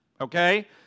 okay